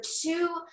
two